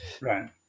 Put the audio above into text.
Right